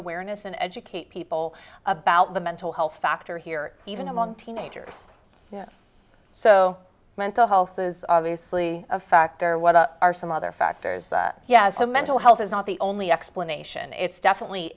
awareness and educate people about the mental health factor here even among teenagers so mental health is obviously a factor what are some other factors mental health is not the only explanation it's definitely